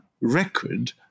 record